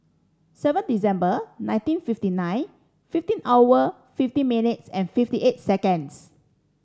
seven December nineteen fifty nine fifteen hour fifty minutes and fifty eight seconds